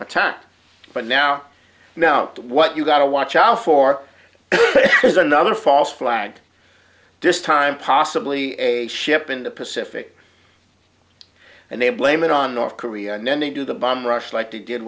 attacked but now now what you've got to watch out for is another false flag this time possibly a ship in the pacific and they blame it on north korea and then they do the bomb rush like to did